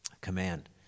command